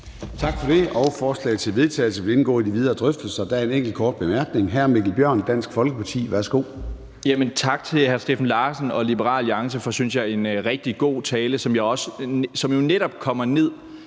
Tak for det. Forslaget til vedtagelse vil indgå i de videre drøftelser. Der er en enkelt med en kort bemærkning. Hr. Mikkel Bjørn, Dansk Folkeparti. Værsgo. Kl. 16:55 Mikkel Bjørn (DF): Jamen tak til hr. Steffen Larsen og Liberal Alliance for, synes jeg, en rigtig god tale, som jo netop kommer ned